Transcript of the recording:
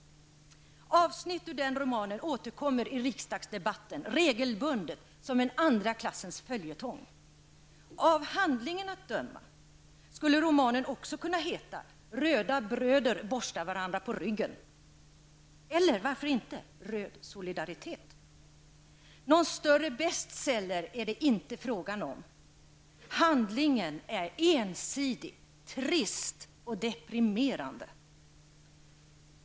Avsnitt ur den romanen återkommer i riksdagsdebatten regelbundet som en andra klassens följetong. Av handlingen att döma skulle romanen också kunna heta Röda bröder borstar varandra på ryggen, eller varför inte Röd solidaritet. Någon större bestseller är det inte fråga om. Handlingen är ensidig, trist och deprimerande.